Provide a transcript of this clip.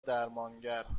درمانگر